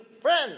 friends